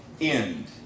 end